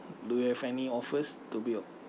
do you have any offers to build